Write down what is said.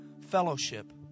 fellowship